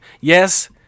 Yes